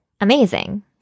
Amazing